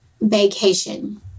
vacation